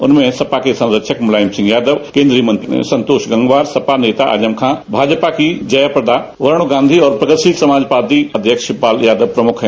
इनमें सपा के संरक्षक मुलायम सिंह यादव केन्द्रीय मंत्री संतोष गंगवार सपा नेता आजम खां भाजपा की जयाप्रदा वरूण गांधी और प्रगतिशील समाजवादी पार्टी के अध्यक्ष शिवपाल सिंह यादव प्रमुख हैं